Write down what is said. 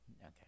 Okay